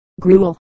gruel